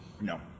No